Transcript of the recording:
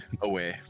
away